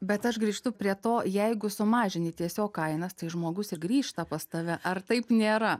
bet aš grįžtu prie to jeigu sumažini tiesiog kainas tai žmogus ir grįžta pas tave ar taip nėra